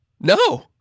No